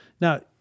Now